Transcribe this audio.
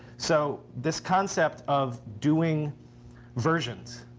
so this concept of doing versions,